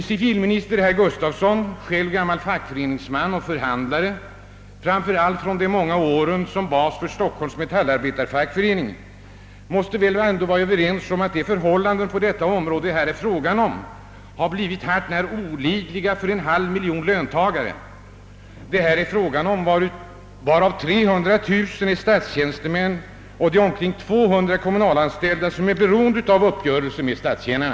Civilminister Gustafsson, själv gammal fackföreningsman och förhandlare framför allt under många år som bas för Stockholms metallarbetarefackförening, måste väl ändå hålla med om att förhållandena på detta område blivit hart när olidliga för en halv miljon löntagare, varav 300 000 är statstjänstemän och omkring 200 000 kommunalanställda, vilka är beroende av uppgörelsen med statstjänarna.